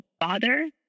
father